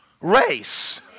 race